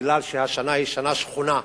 כי השנה היא שנה שחונה,